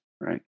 right